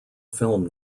film